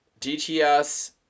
DTS